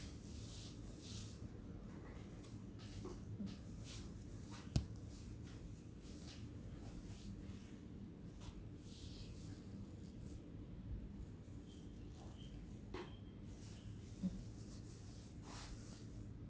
mm mm